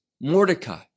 Mordecai